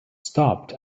stopped